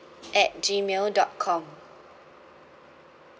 at gmail dot com